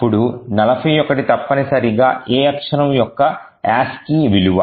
ఇప్పుడు 41 తప్పనిసరిగా A అక్షరo యొక్క ASCII విలువ